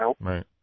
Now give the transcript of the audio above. right